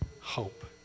Hope